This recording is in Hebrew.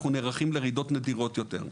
אנחנו נערכים לרעידות נדירות יותר.